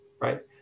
right